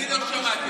אני לא שמעתי.